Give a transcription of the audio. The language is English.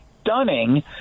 stunning